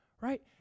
right